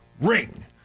Ring